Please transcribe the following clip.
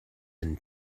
and